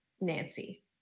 Nancy